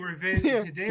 today